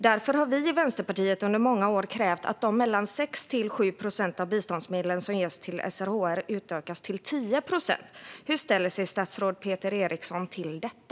Därför har vi i Vänsterpartiet under många år krävt att de 6-7 procent av biståndsmedlen som ges till SRHR ska utökas till 10 procent. Hur ställer sig statsrådet Peter Eriksson till detta?